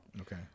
Okay